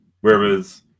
Whereas